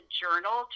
journal